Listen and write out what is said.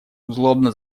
злобно